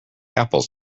apples